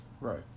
right